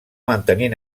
mantenir